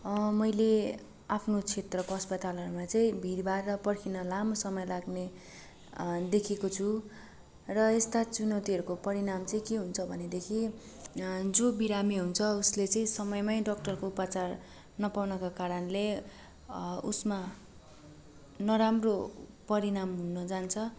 मैले आफ्नो क्षेत्रको अस्पतालहरूमा चाहिँ भिडभाड र पर्खिन लामो समय लाग्ने देखेको छु र यस्ता चुनौतीहरूको परिणाम चाहिँ के हुन्छ भनेदेखि जो बिरामी हुन्छ उसले चाहिँ समयमै डाक्टरको उपाचार नपाउनका कारणले उसमा नराम्रो परिणाम हुन जान्छ